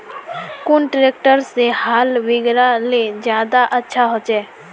कुन ट्रैक्टर से हाल बिगहा ले ज्यादा अच्छा होचए?